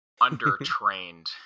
under-trained